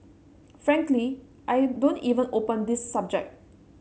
frankly I don't even open this subject